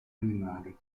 animali